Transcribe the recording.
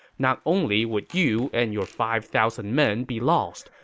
not only would you and your five thousand men be lost,